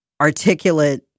articulate